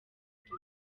ufite